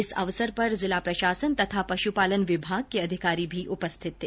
इस अवसर पर जिला प्रशासन तथा पशुपालन विभाग के अधिकारी भी उपस्थित थे